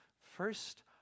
First